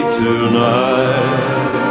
tonight